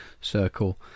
circle